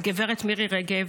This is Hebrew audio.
הגב' מירי רגב,